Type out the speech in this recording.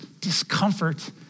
discomfort